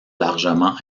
largement